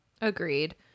agreed